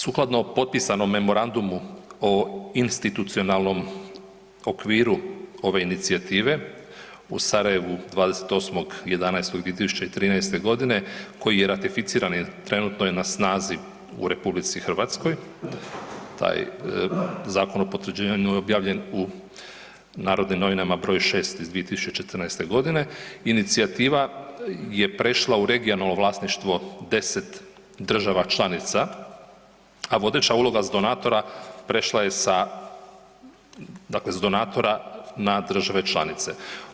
Sukladno potpisanom memorandumu o institucionalnom okviru ove inicijative u Sarajevu 28.11.2013. godine koji je ratificiran i trenutno je na snazi u RH taj zakon o potvrđivanju je objavljen u Narodnim novinama broj 6 iz 2014. godine, inicijativa je prešla u regionalno vlasništvo 10 država članica, a vodeća uloga s donatora prešla je sa, dakle s donatora na države članice.